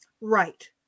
Right